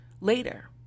later